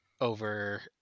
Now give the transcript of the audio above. over